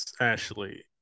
Ashley